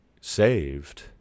saved